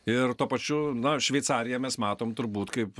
ir tuo pačiu na šveicariją mes matom turbūt kaip